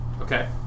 Okay